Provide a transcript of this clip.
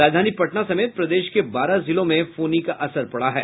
राजधानी पटना समेत प्रदेश के बारह जिलों में फोनी का असर पड़ा है